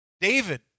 David